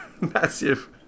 massive